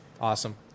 Awesome